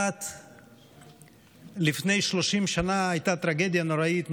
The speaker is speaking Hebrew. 1. לפני 30 שנה הייתה טרגדיה נוראית,